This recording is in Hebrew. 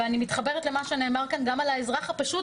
ואני מתחברת למה שנאמר כאן גם על האזרח הפשוט,